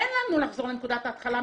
אין לנו לחזור לנקודת ההתחלה.